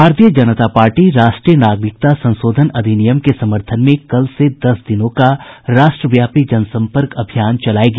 भारतीय जनता पार्टी राष्ट्रीय नागरिकता संशोधन अधिनियम के समर्थन में कल से दस दिनों का राष्ट्रव्यापी जनसंपर्क अभियान चलाएगी